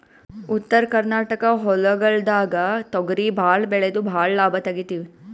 ಉತ್ತರ ಕರ್ನಾಟಕ ಹೊಲ್ಗೊಳ್ದಾಗ್ ತೊಗರಿ ಭಾಳ್ ಬೆಳೆದು ಭಾಳ್ ಲಾಭ ತೆಗಿತೀವಿ